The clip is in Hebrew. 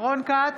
רון כץ,